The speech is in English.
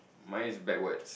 mine is backwards